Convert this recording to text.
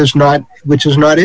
has not which is not